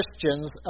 Christians